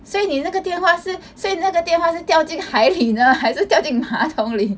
所以你那个电话是所以那个电话是掉进海里呢还是掉进马桶里